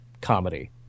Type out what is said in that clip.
comedy